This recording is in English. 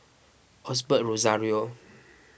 Osbert Rozario